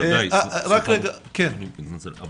אבל